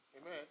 Amen